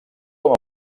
com